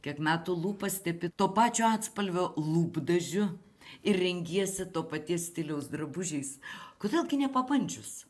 kiek metų lūpas tepi to pačio atspalvio lūpdažiu ir rengiesi to paties stiliaus drabužiais kodėl gi nepabandžius